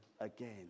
again